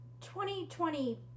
2020